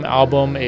album